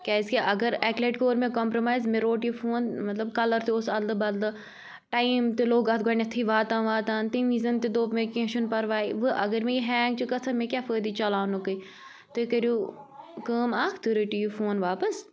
کیٛازِکہِ اگر اَکہِ لَٹہِ کوٚر مےٚ کَمپرومایز مےٚ روٚٹ یہِ فون مطلب کَلَر تہِ اوس اَدلہٕ بَدلہٕ ٹایم تہِ لوٚگ اَتھ گۄڈٕنٮ۪تھٕے واتان واتان تَمۍ وِزِ تہِ دوٚپ مےٚ کیٚنٛہہ چھُ نہٕ پَرواے وۅنۍ اگر مےٚ یہِ ہینٛگ چھِ گژھان مےٚ کیٛاہ فٲیدٕ چَلاونُکے تُہۍ کٔرِو کٲم اَکھ تُہۍ رٔٹِو یہِ فون واپَس